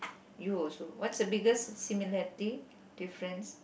you also what's a biggest similarity difference